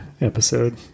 episode